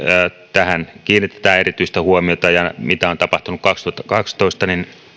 tähän kiinnitetään erityistä huomiota mitä on tapahtunut kaksituhattakaksitoista